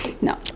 No